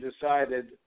decided